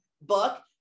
book